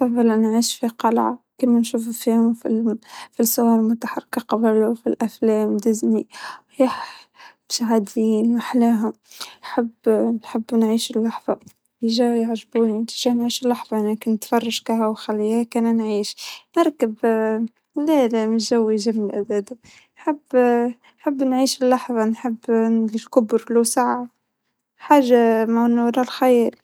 أعتقد راح أختار القلعة، لإنه أنا بحب مبدأ الثبات على الأرض، هذي معلجة لا ارض ولا سما معلجة في -في الفراغ ، من إسمها أصلا شي مرعب، لكن قلعة ثابتة علي الأرض هي إختياري وأظن الإختيار الأنسب لأي جدا صاحب عجل.